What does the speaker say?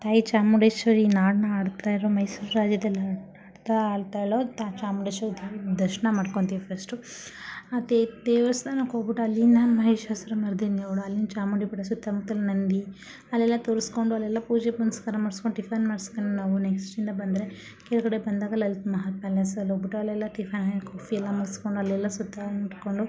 ತಾಯಿ ಚಾಮುಂಡೇಶ್ವರಿ ನಾಡನ್ನ ಆಳ್ತಾಯಿರೋ ಮೈಸೂರು ರಾಜ್ಯದಲ್ಲಿ ತಾಯಿ ಚಾಮುಂಡೇಶ್ವರಿ ದರ್ಶನ ಮಾಡ್ಕೊಳ್ತೀವಿ ಫರ್ಸ್ಟು ಆ ದೇವಸ್ಥಾನಕ್ಕೆ ಹೋಗ್ಬಿಟ್ಟು ಅಲ್ಲಿನ ಮಹಿಷಾಸುರ ಮರ್ದಿನಿ ನೋಡು ಅಲ್ಲಿನ ಚಾಮುಂಡಿ ಬೆಟ್ಟ ಸುತ್ತಮುತ್ತಲ ನಂದಿ ಅಲ್ಲೆಲ್ಲ ತೋರಿಸ್ಕೊಂಡು ಅಲ್ಲೆಲ್ಲ ಪೂಜೆ ಪುನಸ್ಕಾರ ಮಾಡ್ಸ್ಕೊಂಡು ಟಿಫನ್ ಮಾಡ್ಸ್ಕೊಂಡು ನಾವು ನೆಕ್ಸ್ಟ್ಯಿಂದ ಬಂದರೆ ಕೆಳಗಡೆ ಬಂದಾಗ ಲಲಿತ್ ಮಹಲ್ ಪ್ಯಾಲೇಸ್ ಅಲ್ಲಿ ಹೋಗ್ಬಿಟ್ಟು ಅಲ್ಲೆಲ್ಲ ಟಿಫನ್ ಕಾಫಿಯೆಲ್ಲ ಮುಗಿಸ್ಕೊಂಡು ಅಲ್ಲೆಲ್ಲ ಸುತ್ತ ನೋಡಿಕೊಂಡು